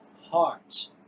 hearts